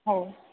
हो